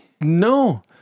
No